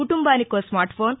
కుటుంబానికో smartphone